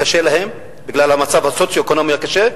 קשה להן בגלל המצב הסוציו-אקונומי הקשה,